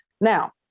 Now